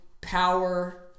power